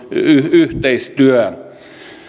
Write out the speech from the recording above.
yhteistyö